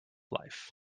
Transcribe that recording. life